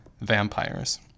vampires